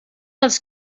els